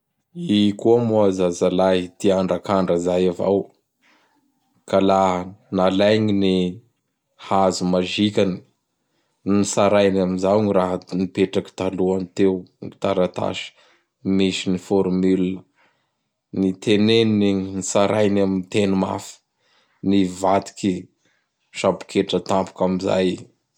I koa moa zazalahy tia andrakandra izay avao. Ka laha nalainy gn ny hazo mazikany. Nitsarainy amzao gny raha nipetraky talohany teo gny taratasy misy ny formule. Nitenenin'igny nitsarainy am teny mafy. Nivadiky samboketra tampoky amzay i.